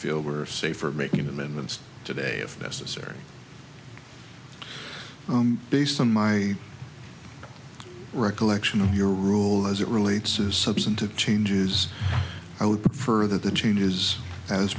feel were safer making amendments today if necessary based on my recollection of your rule as it relates to substantive changes i would prefer that the changes as